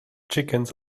chickens